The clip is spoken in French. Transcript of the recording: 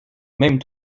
même